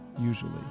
usually